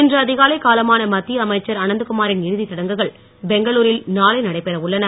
இன்று அதிகாலை காலமான மத்திய அமைச்சர் அனந்தகுமாரின் இறுதிச் சடங்குகள் பெங்களுரில் நாளை நடைபெற உள்ளன